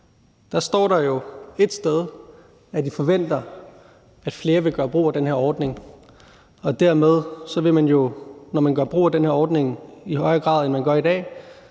Dér står der jo et sted, at de forventer, at flere vil gøre brug af den her ordning, og dermed vil man, når man gør brug af den her ordning, i højere grad end man gør i dag,